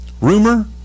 Rumor